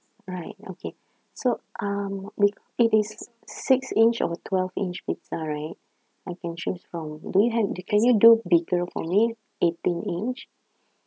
right okay so um wait it is six inch or twelve inch pizza right I can choose from do you have can you do bigger for me eighteen inch